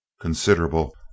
considerable